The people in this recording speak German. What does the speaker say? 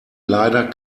leider